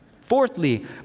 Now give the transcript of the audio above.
Fourthly